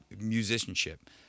musicianship